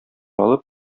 алып